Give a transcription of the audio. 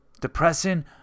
depressing